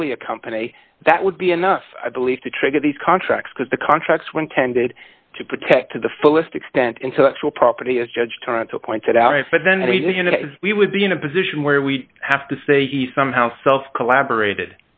early a company that would be enough i believe to trigger these contracts because the contracts one tended to protect to the fullest extent intellectual property as judge tonsil pointed out but then we would be in a position where we have to say he somehow self collaborated